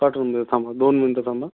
पाठवून देतो थांबा दोन मिनटं थांबा